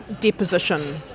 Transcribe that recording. deposition